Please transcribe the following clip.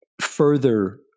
further